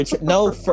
No